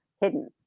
hidden